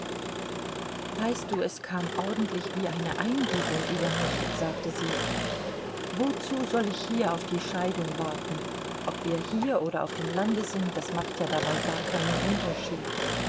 weißt du es kam ordentlich wie eine eingebung über mich sagte sie wozu soll ich hier auf die scheidung warten ob wir hier oder auf dem lande sind das macht ja dabei gar keinen unterschied